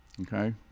okay